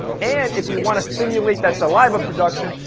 and if you want to stimulate that saliva production,